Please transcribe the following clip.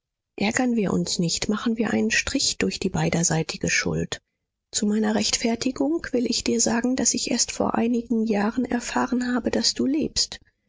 ärgern wir uns nicht machen wir einen strich durch die beiderseitige schuld zu meiner rechtfertigung will ich dir sagen daß ich erst vor einigen jahren erfahren habe daß du lebst